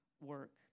work